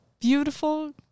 beautiful